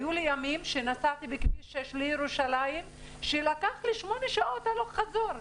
היו לי ימים שנסעתי בכביש 6 לירושלים שלקח לי שמונה שעות הלוך-חזור.